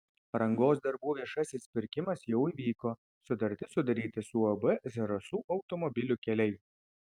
rangos darbų viešasis pirkimas jau įvyko sutartis sudaryta su uab zarasų automobilių keliai